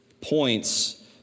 points